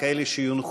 כל אלה שיונחו,